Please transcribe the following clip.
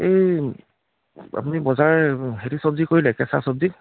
এই আপুনি বজাৰ হেৰি চবজি কৰিলে কেঁচা চবজি